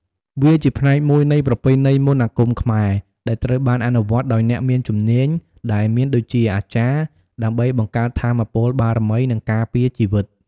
វាជាផ្នែកមួយនៃប្រពៃណីមន្តអាគមខ្មែរ ដែលត្រូវបានអនុវត្តដោយអ្នកមានជំនាញ ដែលមានដូចជា អាចារ្យ ដើម្បីបង្កើតថាមពលបារមី និងការពារជីវិត។